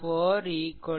2 watt